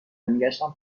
میگشتم